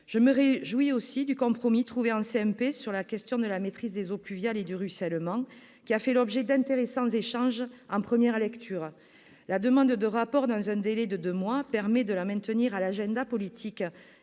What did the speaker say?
Je me réjouis aussi du compromis trouvé en CMP sur la question de la maîtrise des eaux pluviales et de ruissellement qui a fait l'objet d'intéressants échanges en première lecture. La demande de rapport dans un délai de deux mois permet de la maintenir à l'agenda politique